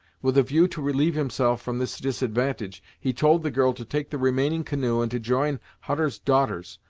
with a view to relieve himself from this disadvantage, he told the girl to take the remaining canoe and to join hutter's daughters,